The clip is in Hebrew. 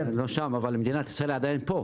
לא שם, אבל מדינת ישראל עדיין פה.